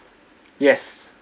yes